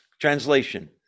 translation